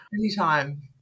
Anytime